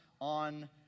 on